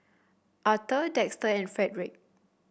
Arthor Dexter and Fredrick